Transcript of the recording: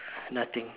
nothing